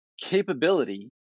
capability